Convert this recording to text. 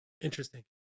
Interesting